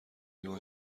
لیوان